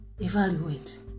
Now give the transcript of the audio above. evaluate